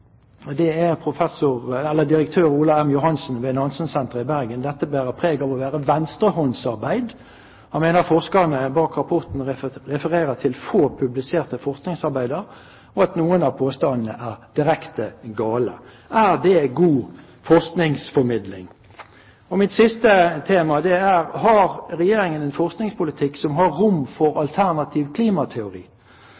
det er direktør Ola M. Johannessen ved Nansensenteret i Bergen som sier: «Dette bærer preg av å være venstrehåndsarbeid.» Han mener forskerne bak rapporten refererer til få publiserte forskningsarbeider, og at noen av påstandene er direkte gale. Er det god forskningsformidling? Mitt siste tema er: Har Regjeringen en forskningspolitikk som har rom for